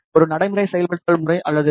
ஒரு நடைமுறை செயல்படுத்தல் முறை அல்லது ஜி